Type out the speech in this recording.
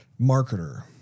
marketer